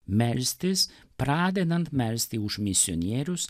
melstis pradedant melsti už misionierius